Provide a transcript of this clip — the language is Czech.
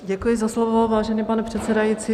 Děkuji za slovo, vážený pane předsedající.